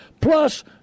Plus